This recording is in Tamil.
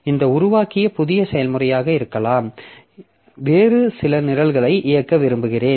இங்கு உருவாக்கிய புதிய செயல்முறையாக இருக்கலாம் வேறு சில நிரல்களை இயக்க விரும்புகிறேன்